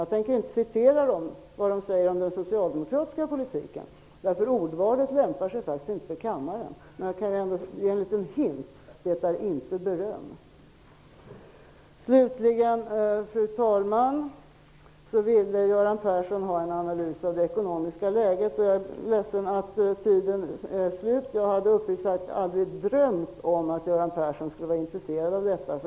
Jag tänker inte citera vad OECD ekonomerna säger om den socialdemokratiska politiken, därför att ordvalet lämpar sig faktiskt inte för kammaren, men jag kan ändå ge en liten vink: det är inte fråga om beröm. Fru talman! Göran Persson ville ha en analys av det ekonomiska läget. Min taletid är slut. Men jag hade uppriktigt sagt aldrig drömt om att Göran Persson skulle vara intresserad av detta.